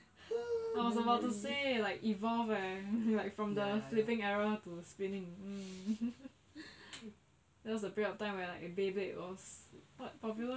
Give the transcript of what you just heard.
I was about to say it like evolve eh like from the flipping arrow to spinning mm there was a period of time where like everyday was what popular right